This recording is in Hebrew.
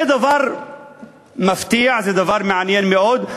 זה דבר מפתיע, זה דבר מעניין מאוד,